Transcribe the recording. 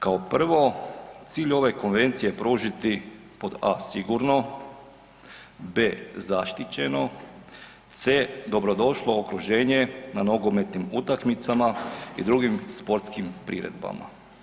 Kao prvo cilj ove konvencije je pružiti pod a)sigurno, b) zaštićeno, c) dobrodošlo okruženje na nogometnim utakmicama i drugim sportskim priredbama.